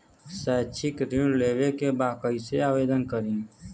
शैक्षिक ऋण लेवे के बा कईसे आवेदन करी?